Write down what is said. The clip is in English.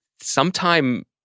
sometime